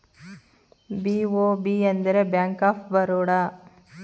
BOB ಅಂದರೆ bank of Baroda